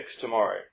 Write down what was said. tomorrow